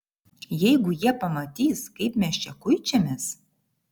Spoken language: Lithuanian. jeigu jie pamatys kaip mes čia kuičiamės